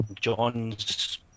John's